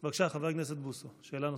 בבקשה, חבר הכנסת בוסו, שאלה נוספת.